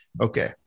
Okay